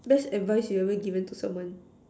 best advice you have ever given to someone